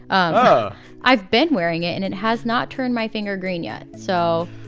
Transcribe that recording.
um but i've been wearing it. and it has not turned my finger green yet. so